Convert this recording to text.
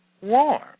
warm